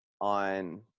on